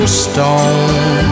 stone